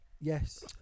Yes